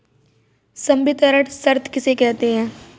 संवितरण शर्त किसे कहते हैं?